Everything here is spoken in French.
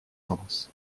sens